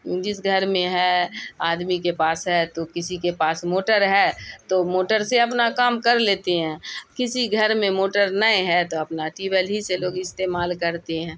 جس گھر میں ہے آدمی کے پاس ہے تو کسی کے پاس موٹر ہے تو موٹر سے اپنا کام کر لیتے ہیں کسی گھر میں موٹر نہیں ہے تو اپنا ٹیبول ہی سے لوگ استعمال کرتے ہیں